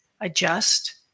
adjust